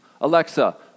Alexa